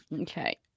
Okay